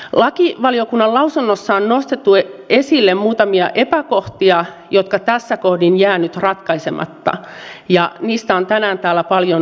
lakivaliokunnan lausunnossa on nostettu esille muutamia epäkohtia jotka tässä kohdin jäävät nyt ratkaisematta ja niistä on tänään täällä paljon puhuttu